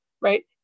right